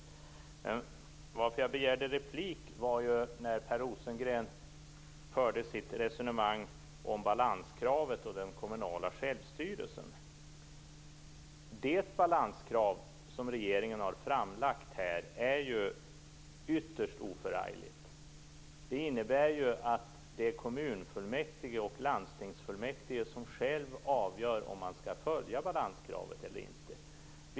Anledningen till att jag begärde replik var dock det resonemang Per Rosengren förde om balanskravet och den kommunala självstyrelsen. Det balanskrav som regeringen har framlagt är ytterst oförargligt. Det innebär att det är kommunfullmäktige och landstingsfullmäktige själva som avgör om man skall följa balanskravet eller inte.